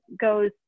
goes